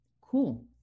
cool